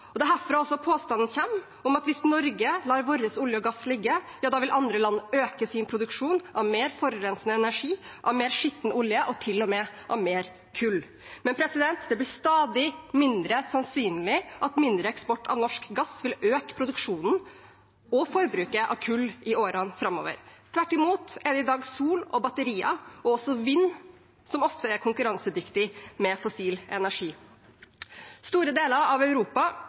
Det er også herfra påstanden kommer om at hvis vi i Norge lar vår olje og gass ligge, vil andre land øke sin produksjon av mer forurensende energi, av mer skitten olje og til og med av mer kull. Men det blir stadig mindre sannsynlig at mindre eksport av norsk gass vil øke produksjonen og forbruket av kull i årene framover. Tvert imot er det i dag sol og batterier, og også vind, som oftere er konkurransedyktig med fossil energi. Store deler av Europa